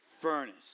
furnace